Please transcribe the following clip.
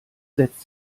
setzt